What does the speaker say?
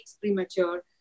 premature